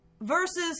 versus